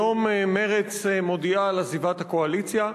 היום מרצ מודיעה על עזיבת הקואליציה,